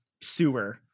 sewer